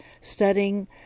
studying